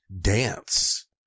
dance